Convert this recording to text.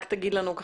תגיד לנו את